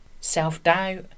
self-doubt